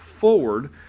forward